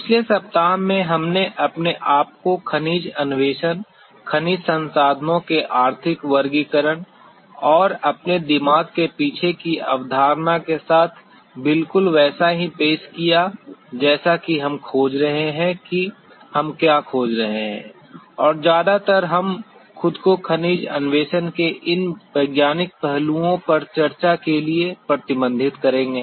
पिछले सप्ताह में हमने अपने आप को खनिज अन्वेषण खनिज संसाधनों के आर्थिक वर्गीकरण और अपने दिमाग के पीछे की अवधारणा के साथ बिल्कुल वैसा ही पेश किया जैसा कि हम खोज रहे हैं कि हम क्या खोज रहे हैं और ज्यादातर हम खुद को खनिज अन्वेषण के इन वैज्ञानिक पहलुओं पर चर्चा के लिए प्रतिबंधित करेंगे